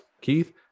Keith